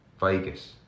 Vegas